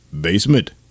basement